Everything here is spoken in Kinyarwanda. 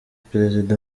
perezida